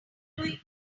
doing